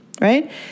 right